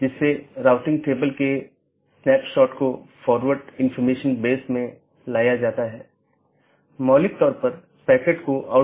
इन protocol के उदाहरण OSPF हैं और RIP जिनमे मुख्य रूप से इस्तेमाल किया जाने वाला प्रोटोकॉल OSPF है